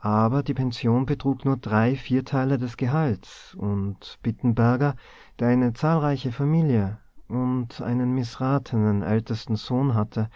aber die pension betrug nur drei vierteile des gehalts und bittenberger der eine zahlreiche familie und einen mißratenen ältesten sohn hatte